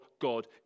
God